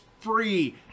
free